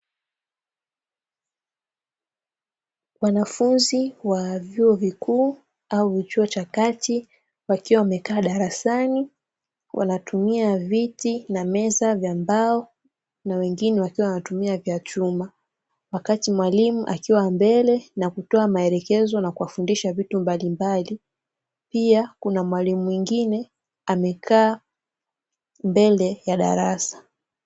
Wanafunzi wa vyuo vikuu au chuo cha kati, wakiwa wamekaa darasani, wanatumia viti na meza za mbao na wengine wakiwa wanatumia vya chuma wakati mwalimu akiwa mbele na kutoa maelekezo na kuwafundisha vitu mbalimbali, pia kuna mwalimu mwingine amekaa mbele ya darasa.